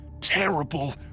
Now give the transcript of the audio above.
terrible